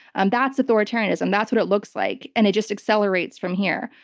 um that's authoritarianism. that's what it looks like. and it just accelerates from here.